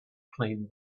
clean